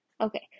okay